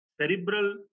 cerebral